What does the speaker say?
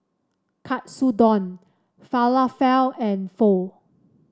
Katsudon Falafel and Pho